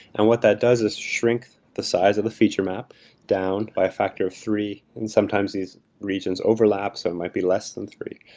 and what that does is shrink the size of a feature map down by a factor of three and sometimes these regions overlap so it might be less than three.